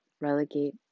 relegate